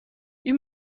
این